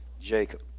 Jacob